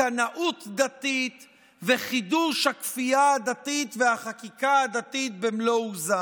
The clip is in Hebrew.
קנאות דתית וחידוש הכפייה הדתית והחקיקה הדתית במלוא עוזה.